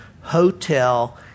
Hotel